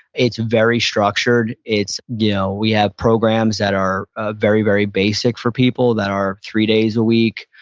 it's very structured. it's you know we have programs that are ah very very basic for people that are three days a week.